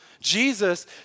Jesus